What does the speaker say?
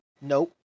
Nope